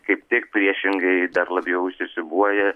kaip tik priešingai dar labiau įsisiūbuoja